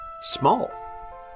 small